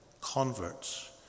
converts